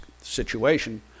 situation